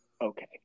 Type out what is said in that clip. okay